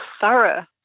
thorough